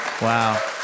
Wow